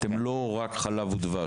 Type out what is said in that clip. אתם לא פועלים רק בחוות ״חלב ודבש״.